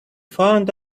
found